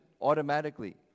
automatically